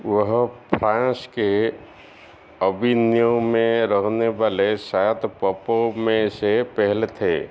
वह फ्रांस के अविन्यो में रहने वाले सात पोपों में से पहले थे